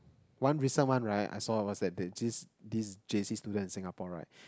one recent one right I saw was that this this J_C student in Singapore right